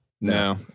No